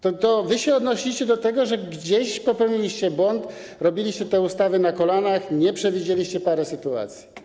To wy się odnosicie do tego, że gdzieś popełniliście błąd, robiliście te ustawy na kolanach, nie przewidzieliście paru sytuacji.